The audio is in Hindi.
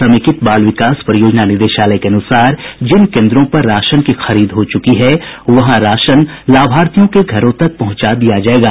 समेकित बाल विकास परियोजना निदेशालय के अनुसार जिन केंद्रों पर राशन की खरीद हो चुकी है वहां राशन लाभार्थियों के घरों तक पहुंचा दिया जायेगा